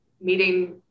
meeting